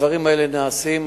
הדברים האלה נעשים,